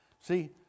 See